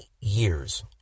years